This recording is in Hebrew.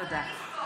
תודה.